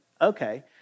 okay